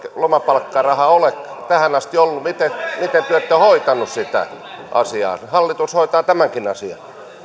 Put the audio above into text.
lomapalkkarahaa ole tähän asti ollut miten te te ette ole hoitaneet sitä asiaa hallitus hoitaa tämänkin